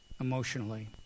emotionally